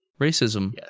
Racism